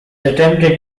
attempted